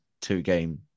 two-game